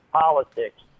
politics